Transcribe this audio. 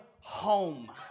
home